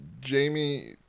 Jamie